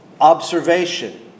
observation